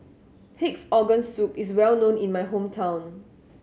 Pig's Organ Soup is well known in my hometown